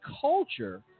culture